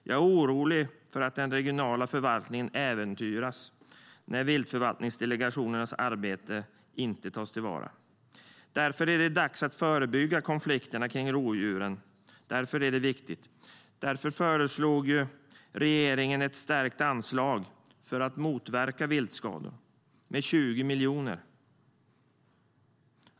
Jag är orolig för att den regionala förvaltningen äventyras när viltförvaltningsdelegationernas arbete inte tas till vara. Därför är det viktigt att förebygga konflikter kring rovdjuren. Därför förslog regeringen en förstärkning av anslaget för att motverka viltskador på 20 miljoner.